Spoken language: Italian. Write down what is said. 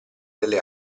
delle